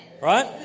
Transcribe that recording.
Right